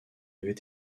avait